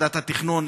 ועדת התכנון,